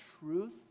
truth